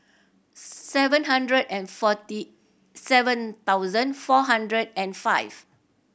seven hundred and forty seven thousand four hundred and five